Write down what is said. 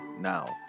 now